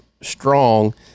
strong